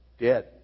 dead